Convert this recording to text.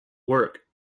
work